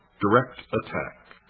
direct attack,